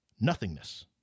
nothingness